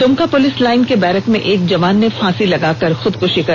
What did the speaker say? Dumka police line के barrack में एक जवान ने फांसी लगाकर खुदकुशी कर ली